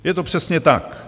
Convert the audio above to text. Je to přesně tak.